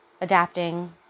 adapting